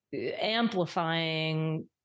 amplifying